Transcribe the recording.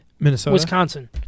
Wisconsin